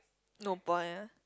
no point ah